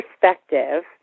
perspective